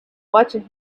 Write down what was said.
watching